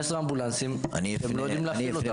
15 אמבולנסים הם לא יודעים להפעיל.